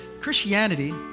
Christianity